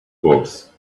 books